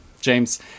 James